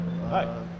Hi